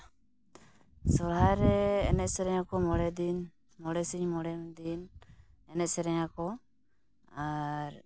ᱥᱚᱨᱦᱟᱭ ᱨᱮ ᱮᱱᱮᱡ ᱥᱮᱨᱮᱧᱟᱠᱚ ᱢᱚᱬᱮ ᱫᱤᱱ ᱢᱚᱬᱮ ᱥᱤᱧ ᱢᱚᱬᱮ ᱫᱤᱱ ᱮᱱᱮᱡ ᱥᱮᱨᱮᱧᱟᱠᱚ ᱟᱨ